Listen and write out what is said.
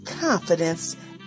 confidence